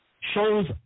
shows